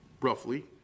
roughly